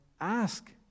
ask